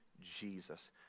Jesus